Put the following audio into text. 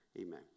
amen